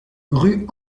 rue